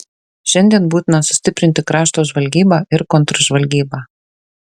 šiandien būtina sustiprinti krašto žvalgybą ir kontržvalgybą